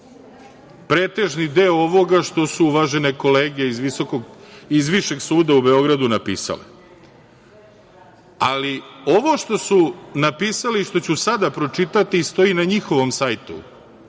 pretežni deo ovoga što su uvažene kolege iz Višeg suda u Beogradu napisale, ali ovo što su napisali, što ću sada pročitati i stoji na njihovom sajtu,